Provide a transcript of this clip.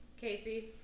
Casey